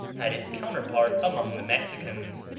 had its counterpart among the mexicans,